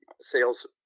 sales